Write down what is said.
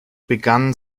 begann